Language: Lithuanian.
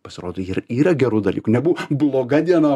pasirodo ir yra gerų dalykų nebuvo bloga diena